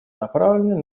направленные